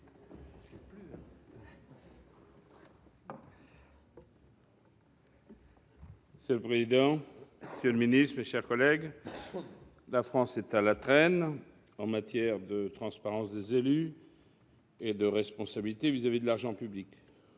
Monsieur le président, monsieur le secrétaire d'État, mes chers collègues, la France est à la traîne en matière de transparence des élus et de responsabilité en matière d'argent public